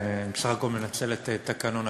אני בסך הכול מנצל את תקנון הכנסת.